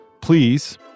Please